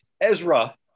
Ezra